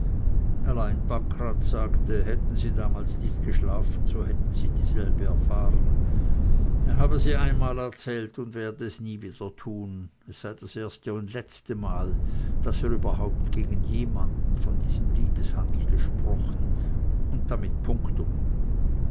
pankraz sagte hätten sie damals nicht geschlafen so hätten sie dieselbe erfahren er habe sie einmal erzählt und werde es nie wieder tun es sei das erste und letzte mal daß er überhaupt gegen jemanden von diesem liebeshandel gesprochen und damit punktum